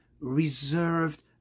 reserved